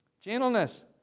Gentleness